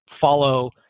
follow